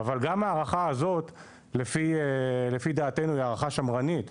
אבל גם ההערכה הזו לפי דעתנו היא ההערכה שמרנית.